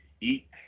eat